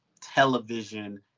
television